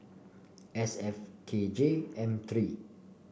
S F K J M three